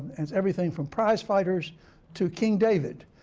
has everything from prize fighters to king david,